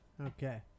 Okay